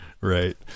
Right